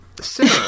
Sarah